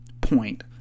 point